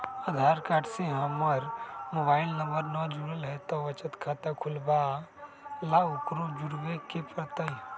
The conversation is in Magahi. आधार कार्ड से हमर मोबाइल नंबर न जुरल है त बचत खाता खुलवा ला उकरो जुड़बे के पड़तई?